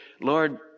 Lord